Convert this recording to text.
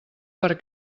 per